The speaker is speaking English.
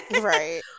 right